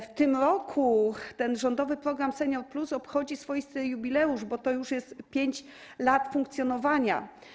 W tym roku rządowy program „Senior+” obchodzi swoisty jubileusz, bo to już jest 5 lat jego funkcjonowania.